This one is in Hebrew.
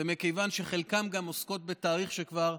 ומכיוון שחלקן גם עוסקות בתאריך שכבר,